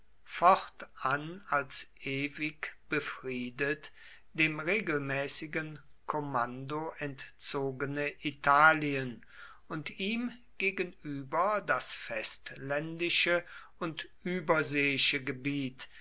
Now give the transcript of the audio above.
fortan als ewig befriedet dem regelmäßigen kommando entzogene italien und ihm gegenüber das festländische und